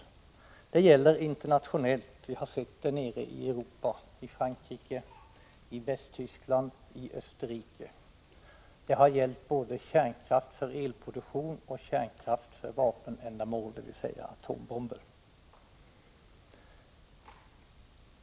Vi har kunnat konstatera det i internationella sammanhang — när det gäller Europa har vi sett det i Frankrike, Västtyskland och Österrike. Det har handlat om kärnkraft för elproduktion och kärnkraft för vapenändamål, dvs. atombomber.